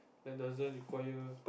that doesn't require